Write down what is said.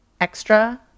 extra